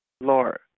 Lord